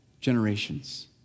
generations